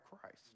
Christ